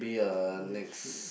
mm next week